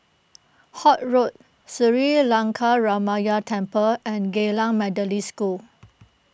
Holt Road Sri Lankaramaya Temple and Geylang Methodist School